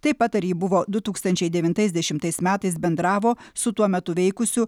taip pat ar ji buvo du tūkstančiai devintais dešimtais metais bendravo su tuo metu veikusių